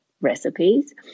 recipes